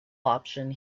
option